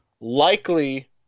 likely